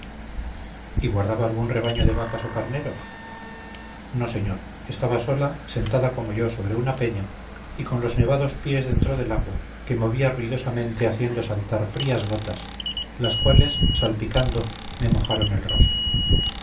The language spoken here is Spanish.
y guardaba algún rebaño de vacas o carneros no señor estaba sola sentada como yo sobre una peña y con los nevados pies dentro del agua que movía ruidosamente haciendo saltar frías gotas las cuales salpicando me mojaron el rostro